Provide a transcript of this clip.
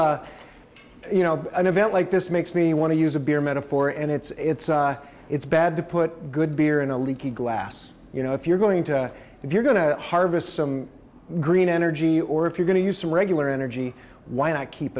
it's you know an event like this makes me want to use a bigger metaphor and it's it's bad to put good beer in a leaky glass you know if you're going to if you're going to harvest some green energy or if you're going to use regular energy why not keep